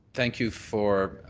thank you for